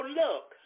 look